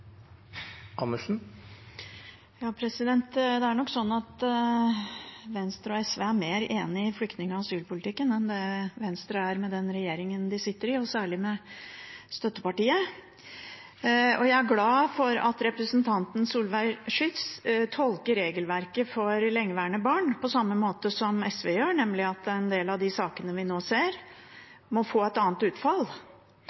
mer enige i flyktning- og asylpolitikken enn det Venstre er med den regjeringen de sitter i, og særlig med støttepartiet. Jeg er glad for at representanten Solveig Schytz tolker regelverket for lengeværende barn på samme måte som SV gjør, nemlig slik at en del av de sakene vi nå